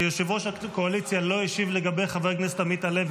שיושב-ראש הקואליציה לא השיב לגבי חבר הכנסת עמית הלוי.